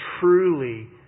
truly